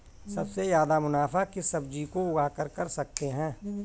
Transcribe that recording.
सबसे ज्यादा मुनाफा किस सब्जी को उगाकर कर सकते हैं?